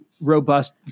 robust